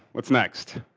what's next?